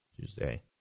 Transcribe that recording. Tuesday